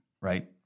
right